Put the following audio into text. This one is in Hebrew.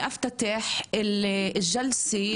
תודה רבה לכל המצטרפות והמצטרפים,